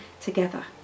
together